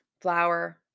flour